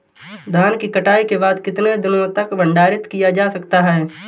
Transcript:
धान की कटाई के बाद कितने दिनों तक भंडारित किया जा सकता है?